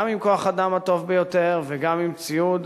גם עם כוח-האדם הטוב ביותר וגם עם ציוד